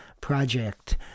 project